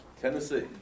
Tennessee